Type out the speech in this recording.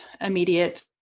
immediate